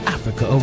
Africa